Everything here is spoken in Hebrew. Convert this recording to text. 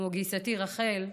כמו גיסתי רחל,